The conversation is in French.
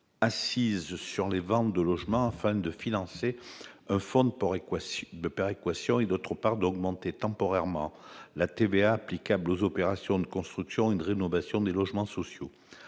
assise sur les ventes de logement afin de financer un fonds de péréquation. Par ailleurs, il a décidé d'augmenter temporairement la TVA applicable aux opérations de construction et de rénovation des logements sociaux.